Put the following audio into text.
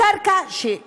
קרקע כמובן,